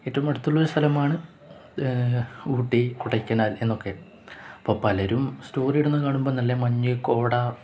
ഏറ്റവും അടുത്തുള്ളൊരു സ്ഥലമാണ് ഊട്ടി കൊടൈക്കനാൽ എന്നൊക്കെ അപ്പോള് പലരും സ്റ്റോറി ഇടുന്നതു കാണുമ്പോള് നല്ല മഞ്ഞ് കോട